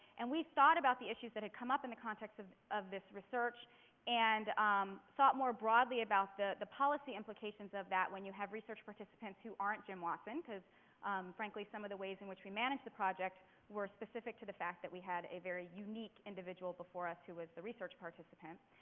and we thought about the issues that had come up in the context of of this research and um thought more broadly about the the policy implications of that, when you have research participants who aren't jim watson. frankly, some of the ways in which we managed the project were specific to the fact that we had a very unique individual before us who was the research participant.